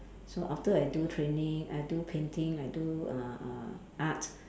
so after I do training I do painting I do uh uh art